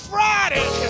Friday